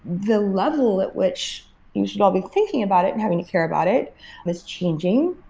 the level at which you should all be thinking about it and having to care about it is changing,